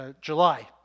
July